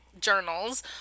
journals